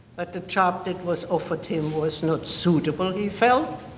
but the job that was offered him was not suitable he felt.